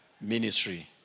ministry